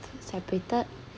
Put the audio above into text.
separated